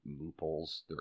loopholes